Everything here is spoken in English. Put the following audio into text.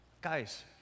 Guys